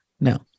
No